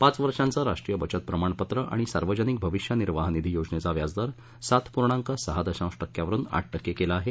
पांच वर्षांचं राष्ट्रीय बचत प्रमाणपत्र आणि सार्वजनिक भविष्य निर्वाह निधी योजनेचा व्याजदर सात पूर्णांक सहा दशांश टक्क्यावरुन आठ टक्के केला आहे